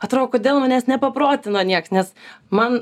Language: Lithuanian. atrodo kodėl manęs nepaprotino nieks nes man